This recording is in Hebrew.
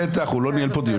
בטח, הוא לא ניהל פה דיונים.